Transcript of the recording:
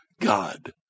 God